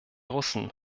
russen